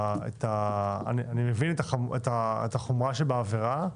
אני מבין את החומרה שבעבירה.